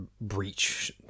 breach